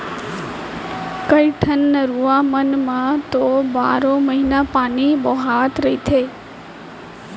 कइठन नरूवा मन म तो बारो महिना पानी बोहावत रहिथे